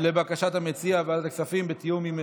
לבקשת המציע, ועדת הכספים, בתיאום.